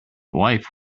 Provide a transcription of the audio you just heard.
wife